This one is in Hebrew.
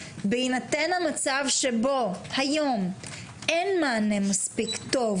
בהינתן למצב שבו היום אין מענה מספיק טוב